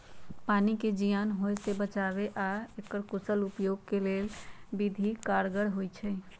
पानी के जीयान होय से बचाबे आऽ एकर कुशल उपयोग के लेल इ विधि कारगर होइ छइ